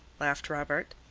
laughed robert.